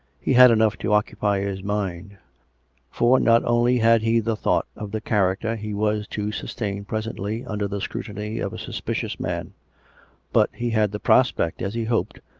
he had enough to occupy his mind for not only had he the thought of the character he was to sustain presently under the scrutiny of a suspicious man but he had the prospect, as he hoped,